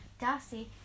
Darcy